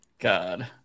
God